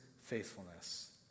faithfulness